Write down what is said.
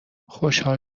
خوشحال